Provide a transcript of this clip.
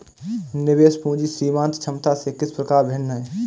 निवेश पूंजी सीमांत क्षमता से किस प्रकार भिन्न है?